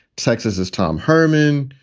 texas is tom herman.